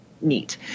neat